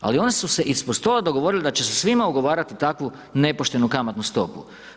Ali one su se ispod stola dogovorile da će se svima ugovarati takvu nepoštenu kamatnu stopu.